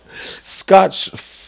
Scotch